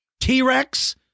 T-Rex